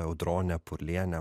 audronę purlienę